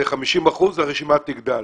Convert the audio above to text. ל-50 אחוזים, הרשימה תגדל.